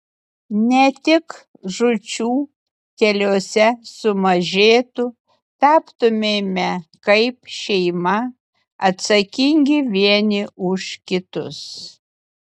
ne tik žūčių keliuose sumažėtų taptumėme kaip šeima atsakingi vieni už kitus